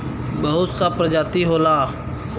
बहुत सा प्रजाति होला